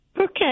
Okay